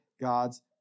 God's